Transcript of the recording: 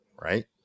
Right